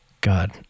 God